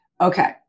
Okay